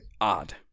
odd